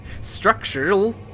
Structural